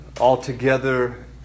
altogether